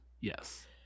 Yes